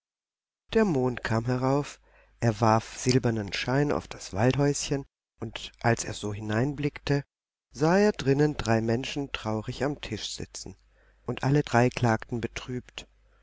der mond kam herauf er warf silbernen schein auf das waldhäuschen und als er so hineinblickte sah er drinnen drei menschen traurig am tisch sitzen und alle drei klagten betrübt